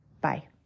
Bye